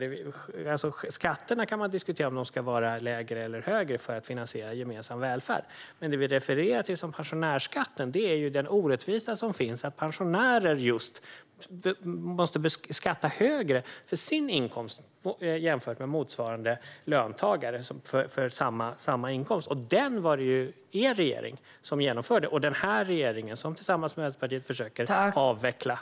Man kan diskutera om skatterna ska vara lägre eller högre för att finansiera gemensam välfärd, men det vi refererar till som pensionärsskatten är det orättvisa faktum att just pensionärer måste skatta högre för sin inkomst jämfört med motsvarande löntagare som får samma inkomst. Detta var det ju er regering som genomförde. Den här regeringen försöker tillsammans med Vänsterpartiet avveckla pensionärsskatten.